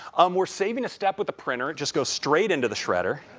um we're saving a step with the printer, just go straight into the shredder.